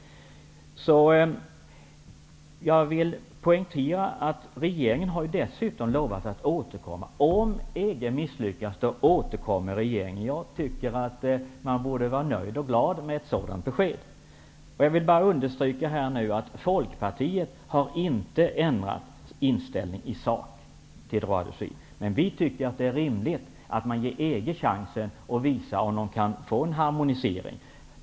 Regeringen har dessutom lovat att återkomma om EG misslyckas. Jag tycker att man borde vara nöjd och glad med ett sådant besked. Jag vill understryka att Folkpartiet inte har ändrat inställning i sak till droit de suite, men att vi tycker att det är rimligt att ge EG chansen att visa att man kan nå en harmonisering.